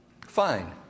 Fine